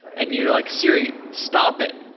and you're like, siri, stop it.